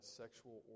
sexual